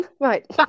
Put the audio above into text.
Right